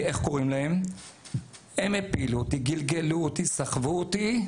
הם הפילו אותי, גלגלו אותי, סחבו אותי,